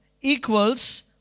equals